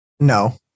No